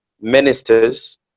ministers